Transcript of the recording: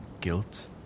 guilt